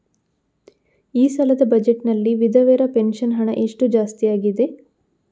ಈ ಸಲದ ಬಜೆಟ್ ನಲ್ಲಿ ವಿಧವೆರ ಪೆನ್ಷನ್ ಹಣ ಎಷ್ಟು ಜಾಸ್ತಿ ಆಗಿದೆ?